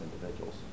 individuals